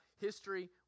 history